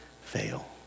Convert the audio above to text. fail